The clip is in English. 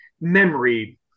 memory